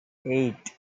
eight